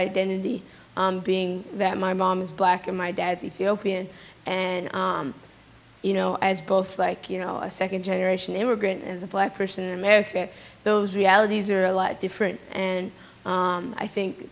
identity being that my mom's black and my dad's ethiopian and you know as both like you know a second generation immigrant as a black person in america those realities are a lot different and i think